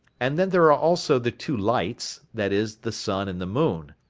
and then there are also the two lights, that is, the sun and the moon.